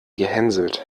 gehänselt